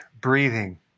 breathing